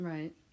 Right